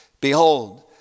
Behold